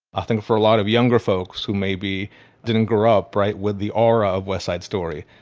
i think for a lot of younger folks who maybe didn't grow up right with the aura of west side story,